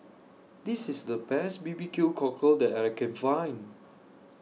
This IS The Best B B Q Cockle that I Can Find